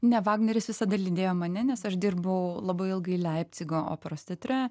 ne vagneris visada lydėjo mane nes aš dirbau labai ilgai leipcigo operos teatre